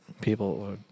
people